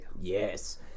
Yes